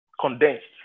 condensed